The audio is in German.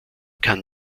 kann